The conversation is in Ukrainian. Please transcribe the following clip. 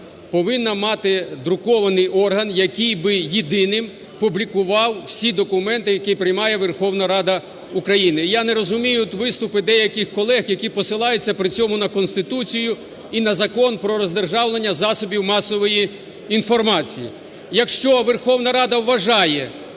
повинна мати друкований орган, який би єдиним публікував усі документи, які приймає Верховна Рада України. Я не розумію, от, виступи деяких колег, які посилаються при цьому на Конституцію і на Закон про роздержавлення засобів масової інформації. Якщо Верховна Рада вважає,